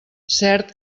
cert